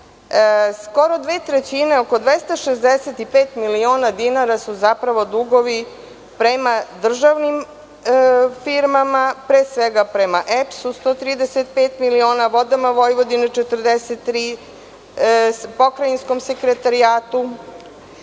skoro dve trećine, oko 265 miliona dinara, su zapravo dugovi prema državnim firmama, pre svega prema EPS-u 135 miliona, Vodama Vojvodine 43, Pokrajinskom sekretarijatu